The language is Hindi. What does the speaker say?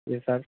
जी सर